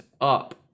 up